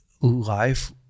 life